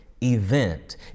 event